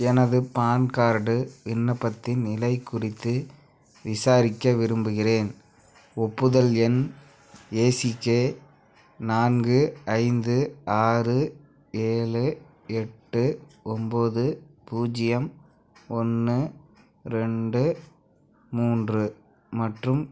எனது PAN card விண்ணப்பத்தின் நிலை குறித்து விசாரிக்க விரும்புகிறேன் ஒப்புதல் எண் ஏசிகே நான்கு ஐந்து ஆறு ஏழு எட்டு ஒன்போது பூஜ்ஜியம் ஒன்று ரெண்டு மூன்று மற்றும்